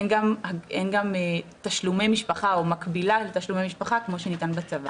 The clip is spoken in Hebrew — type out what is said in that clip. אין גם הגדרה תשלומי משפחה או מקבילה לתשלומי משפחה כמו שניתן בצבא.